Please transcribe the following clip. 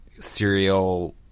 serial